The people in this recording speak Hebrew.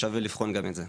שווה לבחון גם את זה.